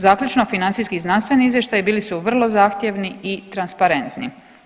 Zaključno, financijski znanstveni izvještaji bili su vrlo zahtjevni i transparentni.